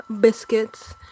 Biscuits